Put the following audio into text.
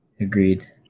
Agreed